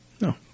No